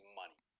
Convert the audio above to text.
money